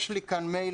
יש לי כאן מייל,